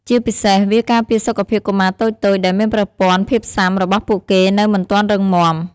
ជាពិសេស វាការពារសុខភាពកុមារតូចៗដែលមានប្រព័ន្ធភាពស៊ាំរបស់ពួកគេនៅមិនទាន់រឹងមាំ។